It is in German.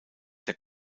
der